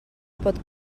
pot